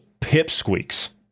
pipsqueaks